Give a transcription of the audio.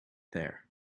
there